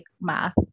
math